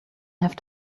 have